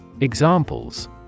Examples